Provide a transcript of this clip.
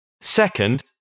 Second